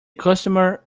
customer